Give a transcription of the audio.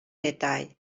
detall